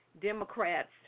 Democrats